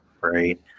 right